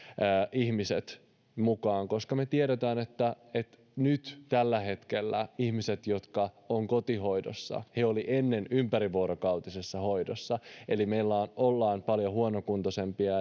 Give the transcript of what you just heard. ihmiset koska me tiedämme että nyt tällä hetkellä sellaiset ihmiset jotka ovat kotihoidossa olivat ennen ympärivuorokautisessa hoidossa eli meillä ollaan paljon huonokuntoisempia